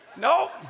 Nope